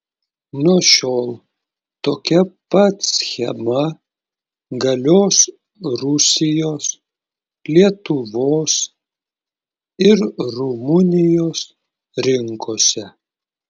nuo šiol tokia pat schema galios rusijos lietuvos ir rumunijos rinkose